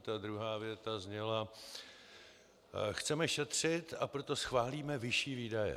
Ta druhá věta zněla: Chceme šetřit, a proto schválíme vyšší výdaje.